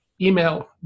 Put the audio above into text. Email